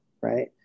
right